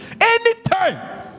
Anytime